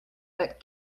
but